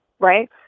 Right